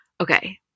okay